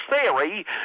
theory